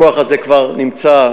הכוח הזה כבר נמצא,